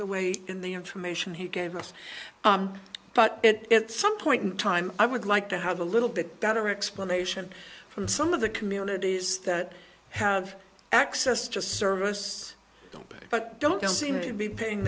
the way in the information he gave us but it at some point in time i would like to have a little bit better explanation from some of the communities that have access to service don't pay but don't seem to be paying